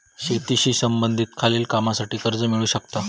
शेतीशी संबंधित खालील कामांसाठी कर्ज मिळू शकता